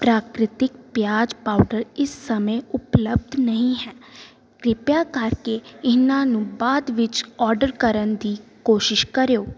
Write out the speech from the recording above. ਪ੍ਰਕ੍ਰਿਤਿਕ ਪਿਆਜ਼ ਪਾਊਡਰ ਇਸ ਸਮੇਂ ਉਪਲਬਧ ਨਹੀਂ ਹੈ ਕਿਰਪਾ ਕਰਕੇ ਇਹਨਾਂ ਨੂੰ ਬਾਅਦ ਵਿੱਚ ਓਰਡਰ ਕਰਨ ਦੀ ਕੋਸ਼ਿਸ਼ ਕਰਿਓ